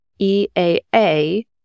EAA